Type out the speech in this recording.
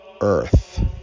earth